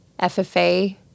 FFA